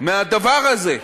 מהדבר הזה.